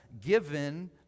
given